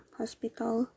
hospital